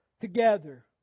Together